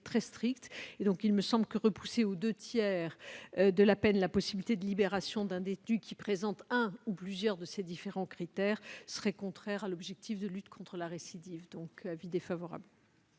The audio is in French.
de famille. Il me semble que repousser aux deux tiers de la peine la possibilité de libération d'un détenu qui présente un ou plusieurs de ces différents critères serait contraire à l'objectif de lutte contre la récidive. Le Gouvernement